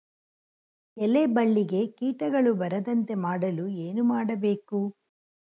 ಎಲೆ ಬಳ್ಳಿಗೆ ಕೀಟಗಳು ಬರದಂತೆ ಮಾಡಲು ಏನು ಮಾಡಬೇಕು?